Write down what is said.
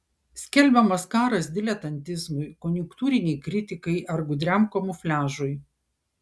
skelbiamas karas diletantizmui konjunktūrinei kritikai ar gudriam kamufliažui